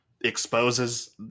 exposes